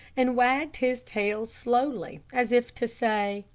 and wagged his tail slowly, as if to say,